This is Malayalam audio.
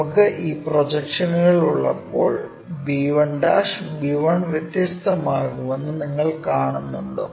നമുക്ക് ഈ പ്രൊജക്ഷനുകൾ ഉള്ളപ്പോൾ b1b1 വ്യത്യസ്തമാകുമെന്ന് നിങ്ങൾ കാണുന്നുണ്ടോ